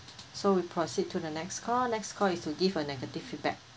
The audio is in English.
so we proceed to the next call next call is to give a negative feedback